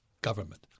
government